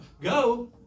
go